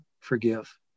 forgive